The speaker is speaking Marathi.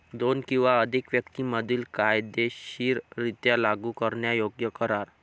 दोन किंवा अधिक व्यक्तीं मधील कायदेशीररित्या लागू करण्यायोग्य करार